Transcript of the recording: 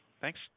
thanks